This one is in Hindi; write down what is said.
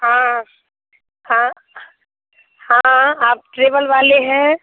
हाँ हाँ हाँ आप ट्रेवल वाले हैँ